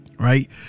right